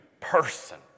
person